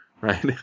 right